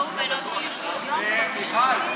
הוא לא מעודכן שנגמרה ההצבעה.